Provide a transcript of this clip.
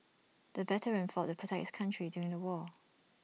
the veteran fought the protect his country during the war